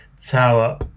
Tower